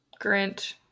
Grinch